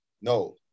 No